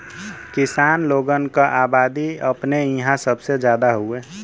किसान लोगन क अबादी अपने इंहा सबसे जादा हउवे